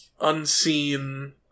unseen